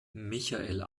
michael